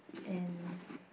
and